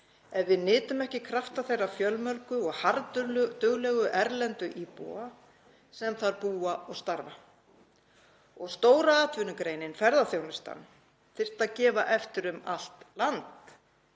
ef við nytum ekki krafta þeirra fjölmörgu og harðduglegu erlendu íbúa sem þar búa og starfa. Og stóra atvinnugreinin, ferðaþjónustan, þyrfti að gefa eftir um allt land